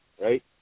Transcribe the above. right